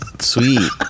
sweet